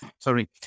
sorry